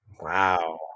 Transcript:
Wow